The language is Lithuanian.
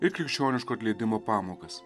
ir krikščioniško atleidimo pamokas